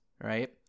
right